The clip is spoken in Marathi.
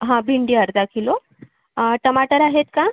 हा भेंडी अर्धा किलो टमाटर आहेत का